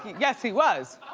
yes he was!